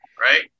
right